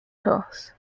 toss